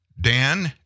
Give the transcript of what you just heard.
dan